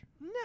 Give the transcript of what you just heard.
No